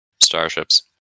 starships